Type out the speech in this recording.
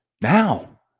now